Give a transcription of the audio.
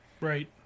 Right